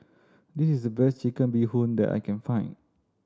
this is the best Chicken Bee Hoon that I can find